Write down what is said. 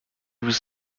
was